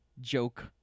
joke